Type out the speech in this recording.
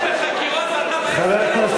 אתה יושב ושותק בחקירות, ואתה מעז,